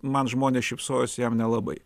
man žmonės šypsojosi jam nelabai